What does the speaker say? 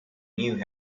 knew